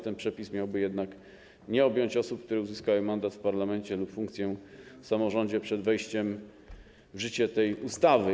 Ten przepis miałby jednak nie objąć osób, które uzyskały mandat w parlamencie lub sprawowały funkcję w samorządzie przed wejściem w życie tej ustawy.